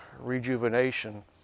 Rejuvenation